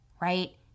right